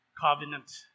covenant